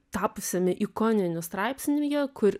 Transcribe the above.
tapusiame ikoniniu straipsniuje kur